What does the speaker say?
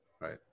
right